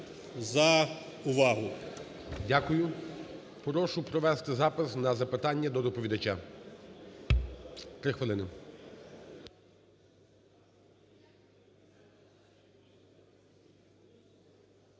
ГОЛОВУЮЧИЙ. Дякую. Прошу провести запис на запитання до доповідача. 3 хвилини.